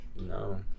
no